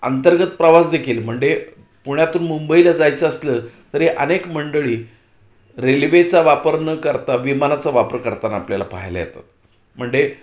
अंतर्गत प्रवास देखील म्हणजे पुण्यातून मुंबईला जायचं असलं तरी अनेक मंडळी रेल्वेचा वापर न करता विमानाचा वापर करताना आपल्याला पाहायला येतात म्हणजे